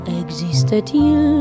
existe-t-il